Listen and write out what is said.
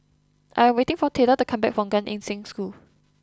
I am waiting for Theda to come back from Gan Eng Seng School